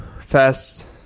fast